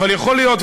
אבל יכול להיות,